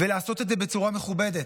ולעשות את זה בצורה מכובדת.